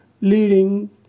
leading